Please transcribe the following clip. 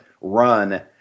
run